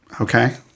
Okay